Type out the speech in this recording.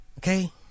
Okay